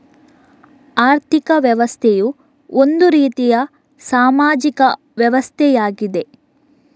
ಆರ್ಥಿಕ ವ್ಯವಸ್ಥೆಯು ಒಂದು ರೀತಿಯ ಸಾಮಾಜಿಕ ವ್ಯವಸ್ಥೆಯಾಗಿದೆ